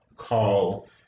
call